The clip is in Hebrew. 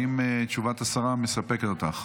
האם תשובת השרה מספקת אותך?